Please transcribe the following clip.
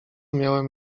miałem